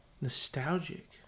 nostalgic